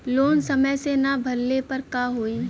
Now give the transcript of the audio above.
Loan समय से ना भरले पर का होयी?